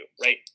right